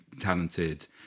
talented